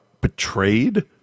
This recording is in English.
betrayed